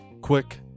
quick